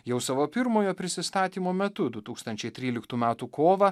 jau savo pirmojo prisistatymo metu du tūkstančiai tryliktų metų kovą